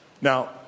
Now